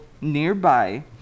nearby